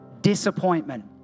Disappointment